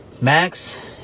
Max